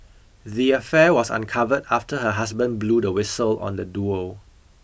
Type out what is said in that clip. the affair was uncovered after her husband blew the whistle on the duo